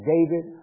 David